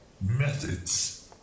methods